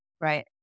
Right